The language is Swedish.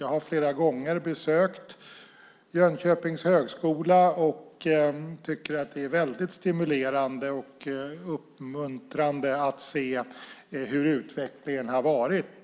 Jag har flera gånger besökt Jönköpings högskola och tycker att det är väldigt stimulerande och uppmuntrande att se hur utvecklingen har varit.